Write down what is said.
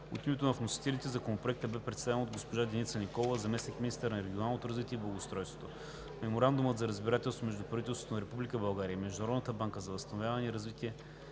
От името на вносителите Законопроектът бе представен от госпожа Деница Николова – заместник-министър на регионалното развитие и благоустройството. Меморандумът за разбирателство между правителството на Република България